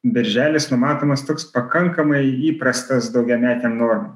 birželis numatomas toks pakankamai įprastas daugiametėm normom